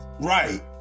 right